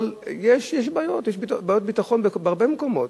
יש בעיות ביטחון בהרבה מקומות.